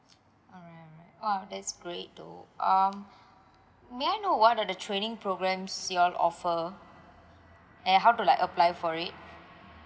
alright alright !wow! that's great though um may I know what are the training program you all offer and how do like apply for it